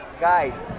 guys